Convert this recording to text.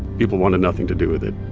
people wanted nothing to do with it